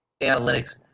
analytics –